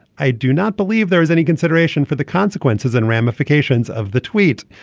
i do not believe there is any consideration for the consequences and ramifications of the tweet.